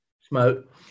smoke